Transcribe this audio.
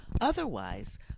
Otherwise